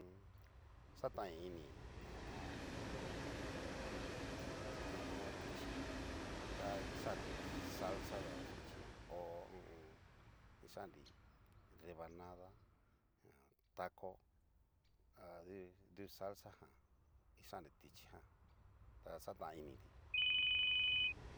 xatanini ho o on. ti ho o on. tichí ta ngixan'nri salsa dabaxichi ho o on. kixain rebanada taco adu du salsa jan kisan'nri tichí jan ta xatan ini ti.